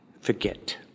forget